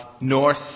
north